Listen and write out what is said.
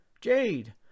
Jade